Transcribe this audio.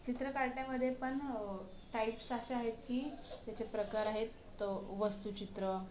चित्र काढण्यामध्ये पण टाईप्स अशा आहेत की त्याचे प्रकार आहेत वस्तूचित्र